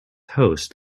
host